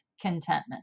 contentment